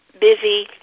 busy